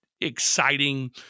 exciting